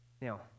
Now